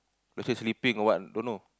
okay sleeping or what don't know